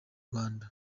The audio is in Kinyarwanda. rwanda